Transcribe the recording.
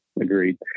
Agreed